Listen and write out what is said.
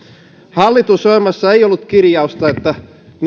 hallitusohjelmassa ei ollut kirjausta että